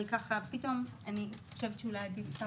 אבל פתאום אני חושבת שאולי עדיף,